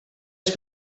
ens